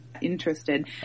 interested